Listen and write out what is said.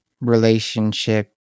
relationship